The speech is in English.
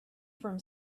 from